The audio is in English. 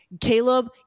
Caleb